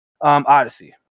Odyssey